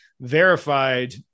verified